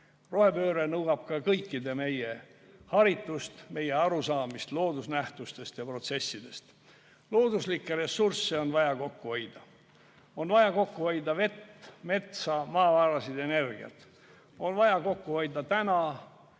Rohepööre nõuab meie kõikide haritust, meie arusaamist loodusnähtustest ja protsessidest. Loodusressursse on vaja kokku hoida. On vaja kokku hoida vett, metsa, maavarasid ja energiat. On vaja kokku hoida nii